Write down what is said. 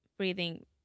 breathing